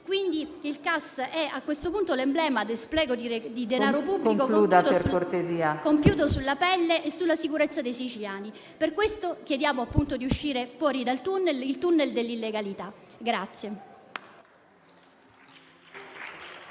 Il CAS è, a questo punto, l'emblema dello spreco di denaro pubblico compiuto sulla pelle e sulla sicurezza dei siciliani. Per questo chiediamo di uscire fuori dal tunnel, il tunnel dell'illegalità.